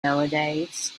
nowadays